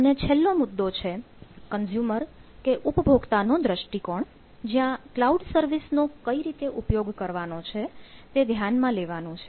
અને છેલ્લો મુદ્દો છે કન્ઝ્યુમર કે ઉપભોક્તાનો દ્રષ્ટિકોણ જ્યાં કલાઉડ સર્વિસ નો કઈ રીતે ઉપયોગ કરવાનો છે તે ધ્યાનમાં લેવાનું છે